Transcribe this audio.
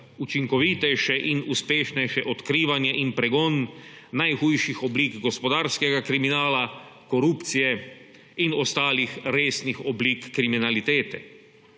učinkovitejše in uspešnejše odkrivanje in pregon najhujših oblik gospodarskega kriminala, korupcije in ostalih resnih oblik kriminalitete.